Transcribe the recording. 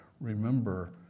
Remember